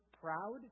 proud